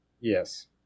Yes